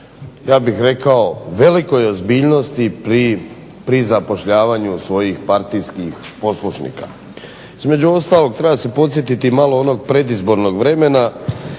ja bih rekao velikoj ozbiljnosti pri zapošljavanju svojih partijskih poslušnika. Između ostalog treba se podsjetiti malo onog predizbornog vremena